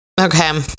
okay